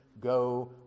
go